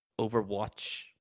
Overwatch